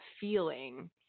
feeling